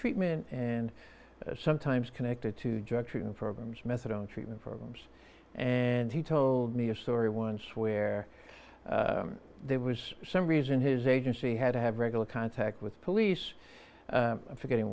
treatment and sometimes connected to drug treatment programs methadone treatment programs and he told me a story once where there was some reason his agency had to have regular contact with police for getting